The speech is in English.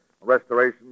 restoration